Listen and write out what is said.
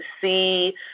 see